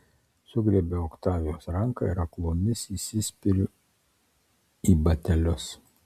sugriebiu oktavijos ranką ir aklomis įsispiriu į batelius